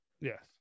Yes